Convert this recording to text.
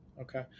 Okay